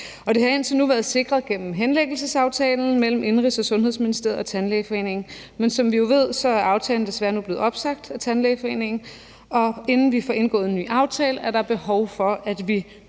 Det har indtil nu været sikret gennem henlæggelsesaftalen mellem Indenrigs- og Sundhedsministeriet og Tandlægeforeningen, men som vi jo ved, er aftalen desværre nu blevet opsagt af Tandlægeforeningen, og inden vi får indgået en ny aftale, er der behov for, at vi